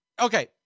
Okay